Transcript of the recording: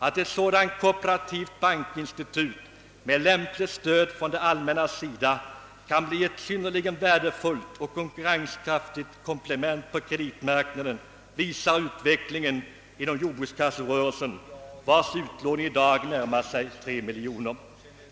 Att ett sådant kooperativt bankinstitut med lämpligt stöd från det allmänna kan bli ett synnerligen värdefullt och konkurrenskraftigt komplement på kreditmarknaden visar utvecklingen inom jordbrukskasserörelsen, vars utlåning i dag närmar sig tre miljarder.